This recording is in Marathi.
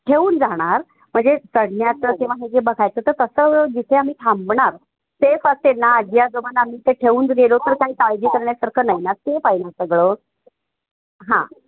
ठेऊन जाणार म्हणजे चढण्याचं किंवा हे जे बघायचं तर तसं जिथे आम्ही थांबणार सेफ असेल ना आजी आजोबांना आम्ही ते ठेऊन गेलो तर काही काळजी करण्यासारखं नाही ना सेफ आहे ना सगळं हां